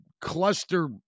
Cluster